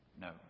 No